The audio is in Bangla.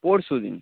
পরশু দিন